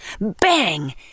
Bang